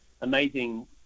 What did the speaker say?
amazing